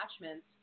attachments